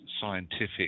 scientific